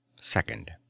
Second